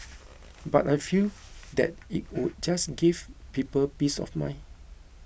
but I feel that it would just give people peace of mind